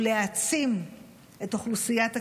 להעצים את אוכלוסיית הקשישים,